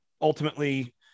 ultimately